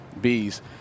bees